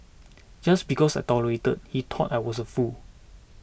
just because I tolerated he thought I was a fool